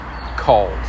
cold